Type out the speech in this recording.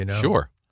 sure